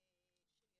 של ילדים,